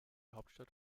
hauptstadt